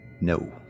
No